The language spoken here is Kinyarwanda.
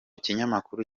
kinyamakuru